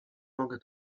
mogę